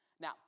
now